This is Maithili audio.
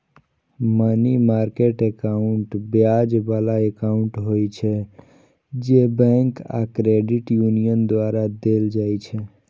मनी मार्केट एकाउंट ब्याज बला एकाउंट होइ छै, जे बैंक आ क्रेडिट यूनियन द्वारा देल जाइ छै